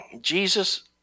Jesus